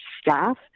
staff